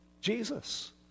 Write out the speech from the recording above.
Jesus